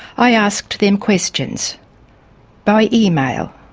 i asked them questions by email.